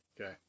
Okay